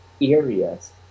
areas